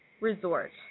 resort